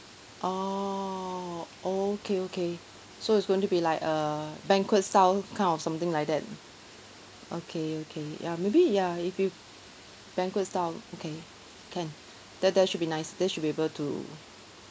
orh okay okay so it's going to be like a banquet style kind of something like that okay okay ya maybe ya if you banquet style okay can that that should be nice then should be able to